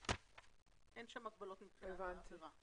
אין שם הגבלות מבחינת העבירה.